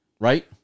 right